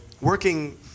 Working